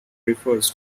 refers